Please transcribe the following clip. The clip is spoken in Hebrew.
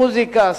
מוזיקה,